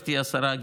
גברתי השרה,